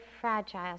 fragile